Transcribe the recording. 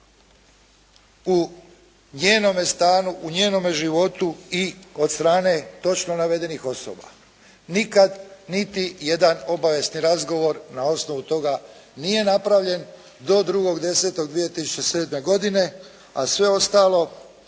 u njenome stanu, u njenome životu i od strane točno navedenih osoba. Nikad niti jedan obavijesni razgovor na osnovu toga nije napravljen do 2.10.2007. godine, a sve ostalo